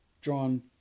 drawn